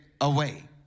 away